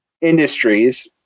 industries